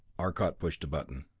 arcot pushed a button.